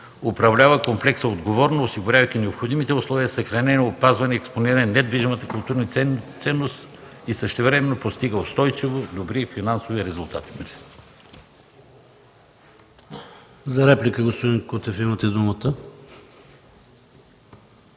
управлява комплекса отговорно, осигурявайки необходимите условия за съхранение, опазване и експониране на недвижимите културни ценности и същевременно постига устойчивост и добри финансови резултати.